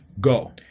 go